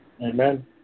Amen